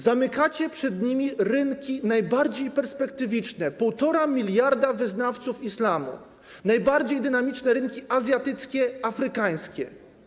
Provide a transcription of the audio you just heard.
Zamykacie przed nimi rynki najbardziej perspektywiczne: 1,5 mld wyznawców islamu, najbardziej dynamiczne rynki azjatyckie, afrykańskie.